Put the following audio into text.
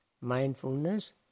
mindfulness